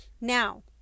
Now